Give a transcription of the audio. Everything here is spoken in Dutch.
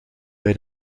bij